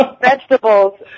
vegetables